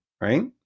right